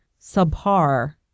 subpar